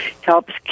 helps